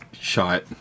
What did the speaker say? Shot